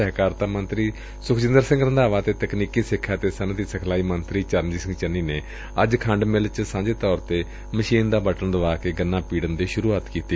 ਸਹਿਕਾਰਤਾ ਮੰਤਰੀ ਸੁਖਜਿੰਦਰ ਸਿੰਘ ਰੰਧਾਵਾ ਅਤੇ ਤਕਨੀਕੀ ਸਿਖਿਆ ਤੇ ਸੱਨਅਤੀ ਸਿਖਲਾਈ ਮੰਤਰੀ ਚਰਨਜੀਤ ਸਿੰਘ ਚੰਨੀ ਨੇ ਅੱਜ ਖੰਡ ਮਿੱਲ ਚ ਸਾਂਝੇ ਤੌਰ ਤੇ ਮਸ਼ੀਨ ਦਾ ਬਟਨ ਦਬਾ ਕੇ ਗੰਨਾ ਪੀੜਨ ਦੀ ਸੁਰੂਆਤ ਕੀਤੀ